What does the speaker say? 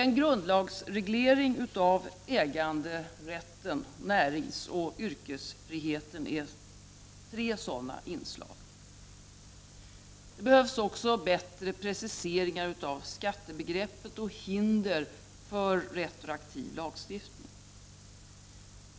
En grundlagsreglering av äganderätten, näringsoch yrkesfriheten är tre sådana inslag. Det behövs också bättre preciseringar av skattebegreppet och hinder för retroaktiv lagstiftning.